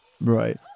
Right